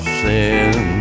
sin